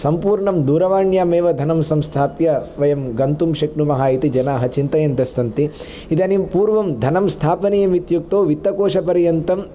सम्पूर्णं दूरवाण्यामेव धनं संस्थाप्य वयं गन्तुं शक्नुमः इति जनाः चिन्तयन्तः सन्ति इदानीं पूर्वं धनं स्थापनीयम् इत्युक्तौ वित्तकोशपर्यन्तम्